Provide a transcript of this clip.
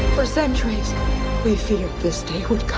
for centuries we feared this day would come.